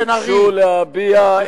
ביקשו להביע,